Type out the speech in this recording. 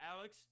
Alex